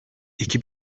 iki